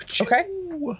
Okay